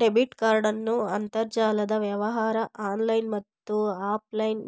debit ಕಾರ್ಡನ್ನು ಅಂತರ್ಜಾಲದ ವ್ಯವಹಾರ ಆನ್ಲೈನ್ ಮತ್ತು ಆಫ್ಲೈನ್